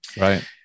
right